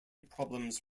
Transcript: problems